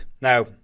now